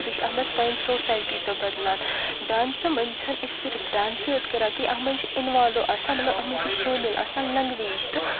بیٚیہِ چھِ اتھ منٛز سٲنۍ سوسایٹی تہِ بدلان ڈانسہٕ منٛز چھِ نہٕ أسۍ صِرف ڈانسٕے یوت کَران کیٚنہہ اتھ منٛز چھِ اِنوالو آسان مطلب اتھ منٛز چھِ شٲمل آسان لینگویج تہِ